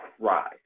cried